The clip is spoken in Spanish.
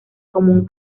común